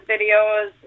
videos